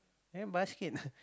and basket